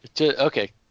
Okay